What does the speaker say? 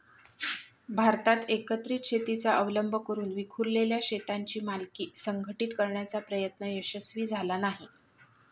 भारतात एकत्रित शेतीचा अवलंब करून विखुरलेल्या शेतांची मालकी संघटित करण्याचा प्रयत्न यशस्वी झाला नाही